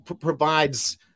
provides